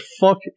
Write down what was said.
fuck